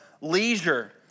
leisure